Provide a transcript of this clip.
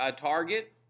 target